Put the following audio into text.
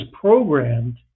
programmed